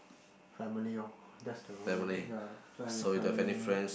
family lor that's the only ya fly with family